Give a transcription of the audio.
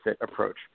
approach